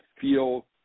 feel